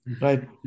right